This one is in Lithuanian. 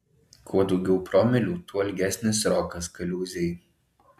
kuo daugiau promilių tuo ilgesnis srokas kaliūzėj